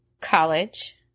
college